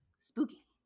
Spooky